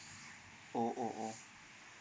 oh oh oh